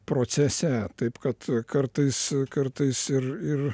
procese taip kad kartais kartais ir ir